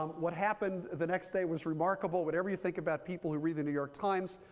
what happened the next day was remarkable. whatever you think about people who read the new york times,